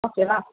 ஓகேவா